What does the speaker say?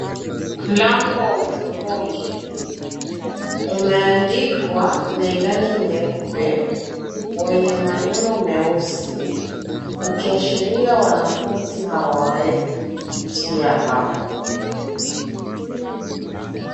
Mlango wa hudhurungi, umeandikwa na ilani nyeupe wenye maneno meusi, ukiashiria wanafunzi hawawezi kupitia hapo.